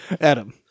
adam